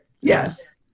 yes